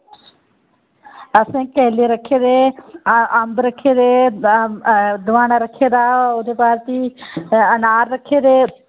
असें केले रक्खे दे अम्ब रक्खे दे दोआना रक्खे दा ओह्दे बाद फ्ही अनार रक्खे दे